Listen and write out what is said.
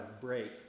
break